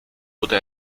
wurde